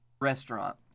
restaurant